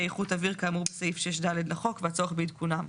איכות אוויר כאמור בסעיף 6(ד) לחוק והצורך בעדכונם.